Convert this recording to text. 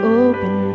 open